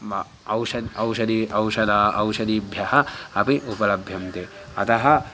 नाम औषधं औषधं औषधाः औषधीभ्यः अपि उपलभ्यन्ते अतः